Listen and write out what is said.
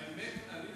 האמת, עלינו